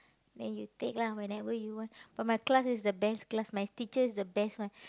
then you take lah whenever you want but my class is the best class my teacher is the best one